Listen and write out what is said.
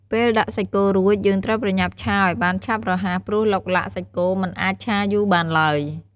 ពេលដាក់សាច់គោរួច យើងត្រូវប្រញាប់ឆាឲ្យបានឆាប់រហ័ស ព្រោះឡុកឡាក់សាច់គោមិនអាចឆាយូរបានឡើយ។